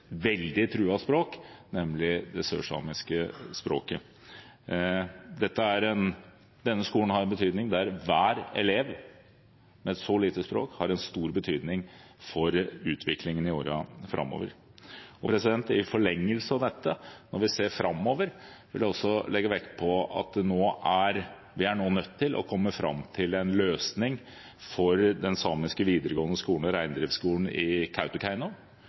veldig truet språk, nemlig det sørsamiske språket. Denne skolen har en betydning, og hver elev som snakker et så lite språk, har en stor betydning for utviklingen i årene framover. I forlengelsen av dette: Når vi ser framover, vil jeg også legge vekt på at vi nå er nødt til å komme fram til en løsning for Samisk videregående skole og reindriftsskole i